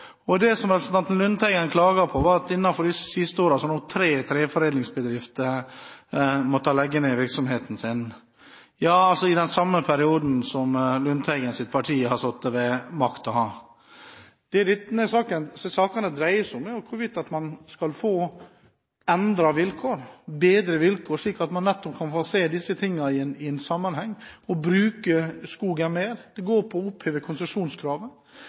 over syv år. Representanten Lundteigen klaget over at tre treforedlingsbedrifter i løpet av disse siste årene har måttet legge ned virksomheten sin – ja, altså i den samme perioden som Lundteigens parti har sittet ved makten. Det disse sakene dreier seg om, er hvorvidt en skal få endrede vilkår – bedre vilkår – slik at man kan se disse tingene i sammenheng og bruke skogen mer. Det går på å oppheve konsesjonskravet,